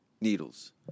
needles